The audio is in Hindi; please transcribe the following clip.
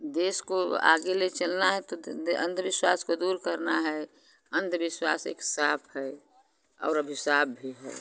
देश को आगे ले चलना है तो अंधविश्वास को दूर करना है अंधविश्वास एक शाप है और अभिशाप भी है